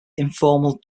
informal